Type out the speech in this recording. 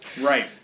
Right